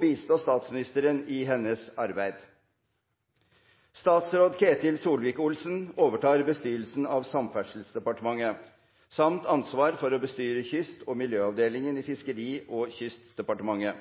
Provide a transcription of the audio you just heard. bistå statsministeren i hennes arbeid. Statsråd Ketil Solvik-Olsen overtar bestyrelsen av Samferdselsdepartementet samt ansvaret for å bestyre Kyst- og miljøavdelingen i Fiskeri- og kystdepartementet.